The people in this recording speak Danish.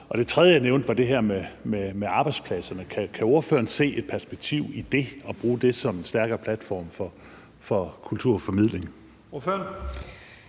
Det tredje, jeg nævnte, var det her med arbejdspladserne. Kan ordføreren se et perspektiv i at bruge det som en stærkere platform for kulturformidling?